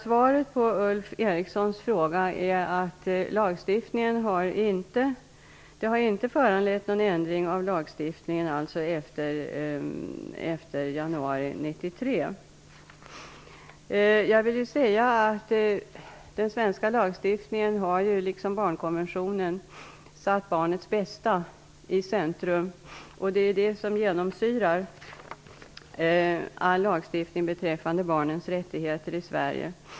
Svaret på Ulf Erikssons fråga är alltså att ingen ändring av lagstiftningen har föranletts efter januari 1993. Den svenska lagstiftningen har liksom barnkonventionen satt barnets bästa i centrum, och det är det som genomsyrar all lagstiftning beträffande barnens rättigheter i Sverige.